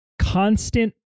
constant